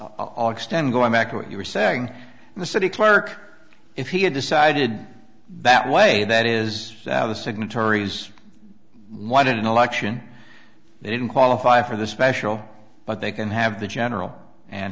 extend going back to what you were saying the city clerk if he had decided that way that is the signatories what in an election they didn't qualify for the special but they can have the general and